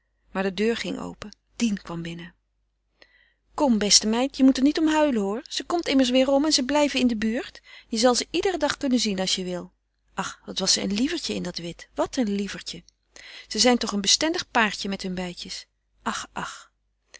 maar de deur ging open dien kwam binnen kom beste meid je moet er niet om huilen hoor ze komt immers weêrom en ze blijven in de buurt je zal ze iederen dag kunnen zien als je wil ach wat was ze een lievertje in dat wit wat een lievertje ze zijn toch een bestig paartje met hun beidjes ach ach